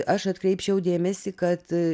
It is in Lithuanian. aš atkreipčiau dėmesį kad